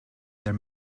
their